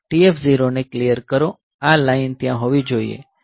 TF0 ને clear કરો આ લાઇન ત્યાં હોવી જોઈએ